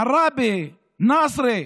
עראבה, נצרת.